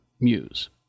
muse